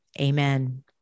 Amen